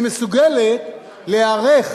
היא מסוגלת להיערך